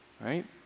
right